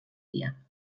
dia